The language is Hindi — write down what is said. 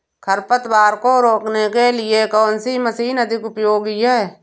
खरपतवार को रोकने के लिए कौन सी मशीन अधिक उपयोगी है?